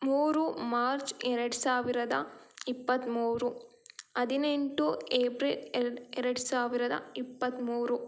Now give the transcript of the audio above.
ಮೂರು ಮಾರ್ಚ್ ಎರಡು ಸಾವಿರದ ಇಪ್ಪತ್ತ್ಮೂರು ಹದಿನೆಂಟು ಏಪ್ರಿಲ್ ಎರಡು ಎರಡು ಸಾವಿರದ ಇಪ್ಪತ್ತ್ಮೂರು